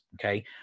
okay